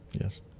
Yes